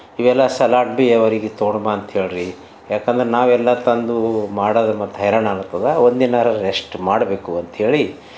ಇವೆಲ್ಲ ಸಲಾಡ್ ಭೀ ಅವರಿಗೆ ತೊಗೊಂಡು ಬಾ ಅಂತ ಹೇಳಿರಿ ಯಾಕಂದ್ರೆ ನಾವೆಲ್ಲ ತಂದು ಮಾಡೋದು ಮತ್ತು ಹೈರಾಣು ಆಗ್ತದೆ ಒಂದು ದಿನಾದ್ರು ರೆಸ್ಟ್ ಮಾಡಬೇಕು ಅಂತ ಹೇಳಿ